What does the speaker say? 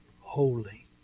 holy